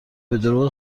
بهدروغ